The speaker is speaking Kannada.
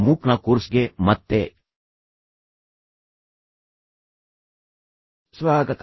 ಮೂಕ್ನ ಕೋರ್ಸ್ಗೆ ಮತ್ತೆ ಸ್ವಾಗತ